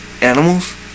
animals